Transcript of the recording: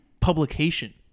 publication